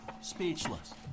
speechless